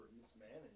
mismanaged